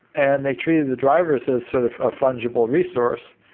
and they treated the drivers as sort of a fungible resource.